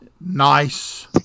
nice